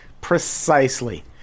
Precisely